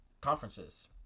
conferences